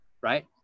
right